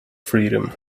freedom